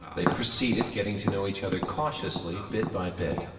ah they proceeded, getting to know each other cautiously, bit by bit.